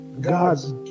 God's